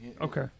Okay